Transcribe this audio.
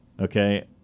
Okay